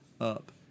up